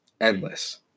endless